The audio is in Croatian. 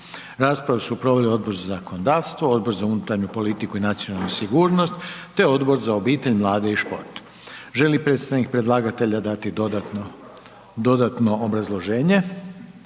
Raspravu su proveli Odbor za zakonodavstvo, Odbor za unutarnju politiku i nacionalnu sigurnost, te Odbor za obitelj, mlade i šport. Želi li predstavnik predlagatelja dati dodatno, dodatno obrazloženje?